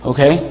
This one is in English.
Okay